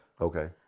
Okay